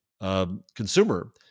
consumer